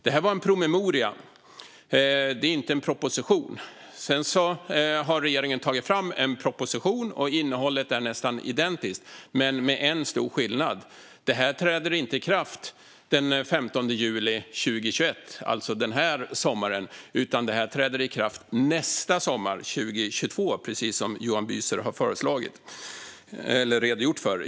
Det var en promemoria, inte en proposition. Sedan har regeringen även tagit fram en proposition. Innehållet är nästan identiskt, men med en stor skillnad. Enligt propositionen ska detta inte träda i kraft den 15 juli 2021, det vill säga denna sommar, utan först nästa sommar, 2022, som Johan Büser redogjort för.